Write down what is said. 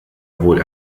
wohl